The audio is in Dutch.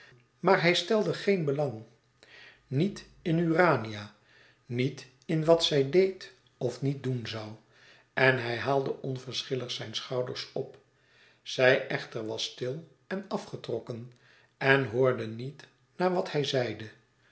maar hij stelde geen belang niet in urania niet in wat zij deed of niet doen zoû en hij haalde onverschillig zijn schouders op zij echter was stil en afgetrokken en hoorde niet naar wat hij zeide